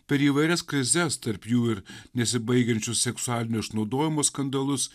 per įvairias krizes tarp jų ir nesibaigiančius seksualinio išnaudojimo skandalus